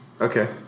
Okay